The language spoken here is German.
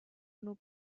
nur